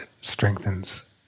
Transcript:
strengthens